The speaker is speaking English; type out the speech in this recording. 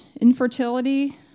infertility